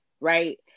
right